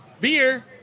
beer